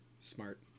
Smart